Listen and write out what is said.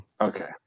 Okay